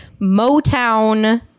motown